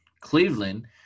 Cleveland